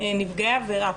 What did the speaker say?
נפגעי עבירה,